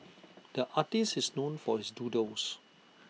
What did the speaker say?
the artist is known for his doodles